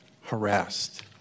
harassed